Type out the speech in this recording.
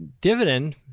dividend